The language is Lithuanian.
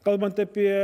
kalbant apie